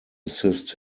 assist